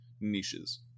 niches